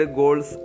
goals